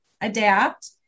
adapt